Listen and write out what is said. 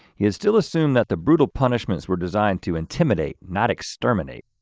he had still assumed that the brutal punishments were designed to intimidate, not exterminate.